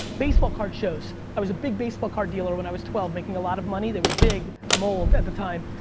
baseball card shows. i was a big baseball card dealer when i was twelve, making a lot of money. they were big. i'm old at the time.